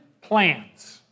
plans